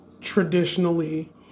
traditionally